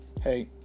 Hey